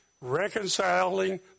reconciling